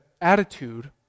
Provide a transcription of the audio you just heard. attitude